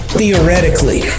theoretically